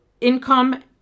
income